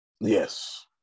Yes